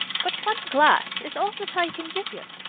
but one glass is all that i can give you.